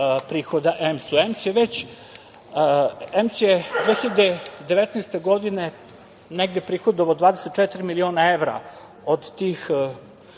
prihoda EMS.EMS je 2019. godine negde prihodovao 24.000 miliona evra od tih